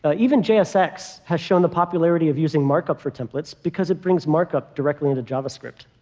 ah even jsx has shown the popularity of using markup for templates, because it brings markup directly into javascript.